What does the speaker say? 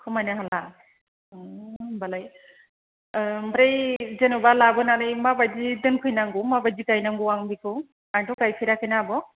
खमायनो हाला होम्बालाय ओमफ्राय जेनेबा लाबोनानै माबायदि दोनफैनांगौ माबायदि गायनांगौ आं बेखौ आंथ' गायफेराखै ना आब'